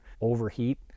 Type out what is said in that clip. overheat